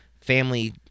family